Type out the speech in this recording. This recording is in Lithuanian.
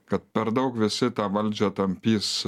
kad per daug visi tą valdžią tampys